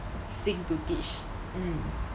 心 to teach mm